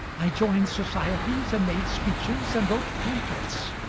i joined societies and made speeches and wrote pamphlets.